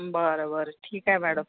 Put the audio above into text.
बरं बरं ठीक आहे मॅडम